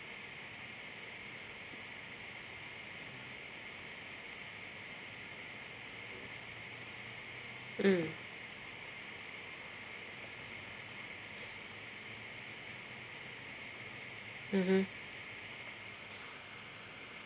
mm mmhmm